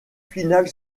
finale